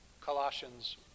Colossians